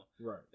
Right